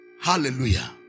Hallelujah